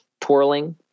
twirling